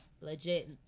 legit